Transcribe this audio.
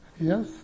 yes